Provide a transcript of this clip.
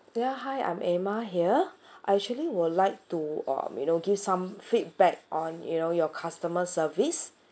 ya hi I'm emma here I actually would like to uh you know give some feedback on you know your customer service